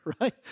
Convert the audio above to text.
right